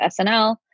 SNL